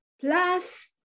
Plus